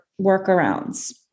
workarounds